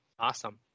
Awesome